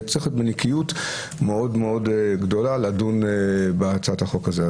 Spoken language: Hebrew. צריך פה --- מאוד גדולה לדון בהצעת החוק הזאת.